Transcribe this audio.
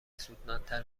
سودمندتر